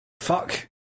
fuck